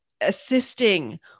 assisting